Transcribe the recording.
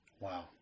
Wow